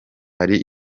hari